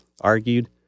argued